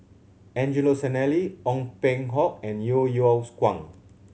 Angelo Sanelli Ong Peng Hock and Yeo Yeow's Kwang